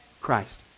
christ